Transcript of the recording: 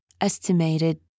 estimated